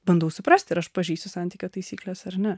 bandau suprastiar aš pažeisiu santykio taisykles ar ne